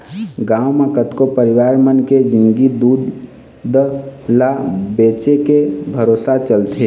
गांव म कतको परिवार मन के जिंनगी दूद ल बेचके भरोसा चलथे